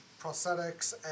prosthetics